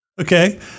Okay